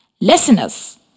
Listeners